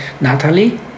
natalie